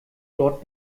dort